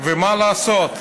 ומה לעשות,